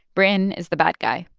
britain is the bad guy.